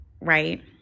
right